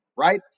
Right